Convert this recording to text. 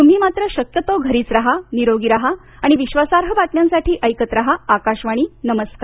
तुम्ही मात्र शक्यतो घरीच राहा निरोगी राहा आणि विश्वासार्ह बातम्यांसाठी ऐकत राहा आकाशवाणी नमस्कार